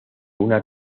una